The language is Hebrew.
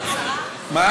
לחזור להיות שרה?